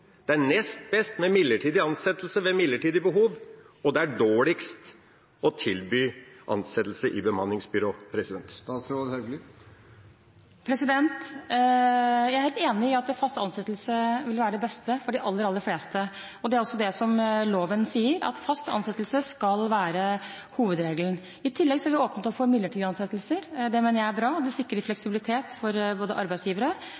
det er dårligst å tilby ansettelse gjennom bemanningsbyrå? Jeg er helt enig i at fast ansettelse vil være det beste for de aller, aller fleste, og det er også det loven sier, at fast ansettelse skal være hovedregelen. I tillegg har vi åpnet opp for midlertidige ansettelser. Det mener jeg er bra, det sikrer fleksibilitet for arbeidsgivere